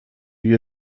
your